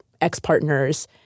ex-partners